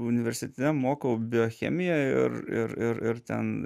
universitete mokau biochemiją ir ir ir ir ten